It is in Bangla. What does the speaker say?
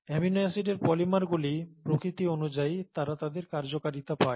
অ্যামিনো অ্যাসিডের পলিমারগুলি প্রকৃতি অনুযায়ী তারা তাদের কার্যকারিতা পায়